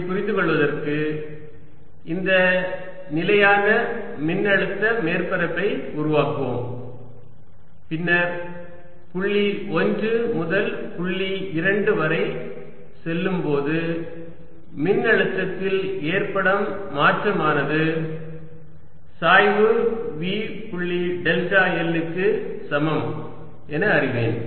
இதைப் புரிந்துகொள்வதற்கு இந்த நிலையான மின்னழுத்த மேற்பரப்பை உருவாக்குவோம் பின்னர் புள்ளி 1 முதல் புள்ளி 2 வரை செல்லும்போது மின்னழுத்தத்தில் ஏற்படும் மாற்றமானது சாய்வு V புள்ளி டெல்டா l இக்கு சமம் என அறிவேன்